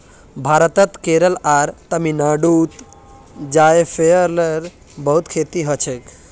भारतत केरल आर तमिलनाडुत जायफलेर बहुत खेती हछेक